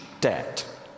debt